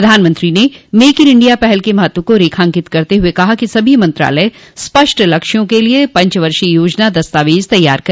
प्रधानमंत्री ने make in India पहल के महत्व को रेखांकित करते हुए कहा कि सभी मंत्रालय स्पष्ट लक्ष्यों के लिये पंचवर्षीय योजना दस्तावेज तैयार कर